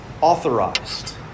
authorized